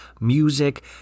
music